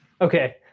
Okay